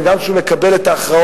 וגם כשהוא מקבל את ההכרעות,